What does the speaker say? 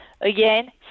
again